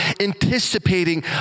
anticipating